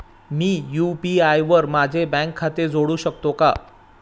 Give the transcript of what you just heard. मी UPI वर माझे bank खाते जोडू शकतो का?